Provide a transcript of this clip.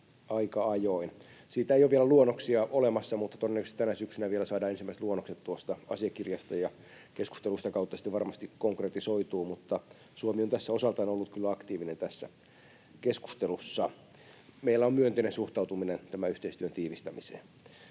aika ajoin. Siitä ei ole vielä luonnoksia olemassa, mutta todennäköisesti tänä syksynä vielä saadaan ensimmäiset luonnokset tuosta asiakirjasta ja keskustelu sitä kautta varmasti konkretisoituu, mutta Suomi on osaltaan ollut kyllä aktiivinen tässä keskustelussa. Meillä on myönteinen suhtautuminen tämän yhteistyön tiivistämiseen.